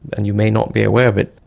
and you may not be aware of it,